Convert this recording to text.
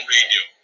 Radio